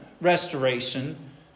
restoration